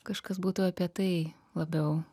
kažkas būtų apie tai labiau